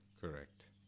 Correct